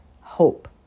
Hope